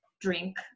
drink